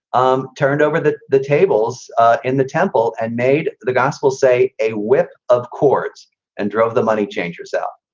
um turned over the the tables in the temple and made the gospels say a whip of cords and drove the money changers out.